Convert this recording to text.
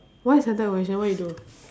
why suntec convention what you do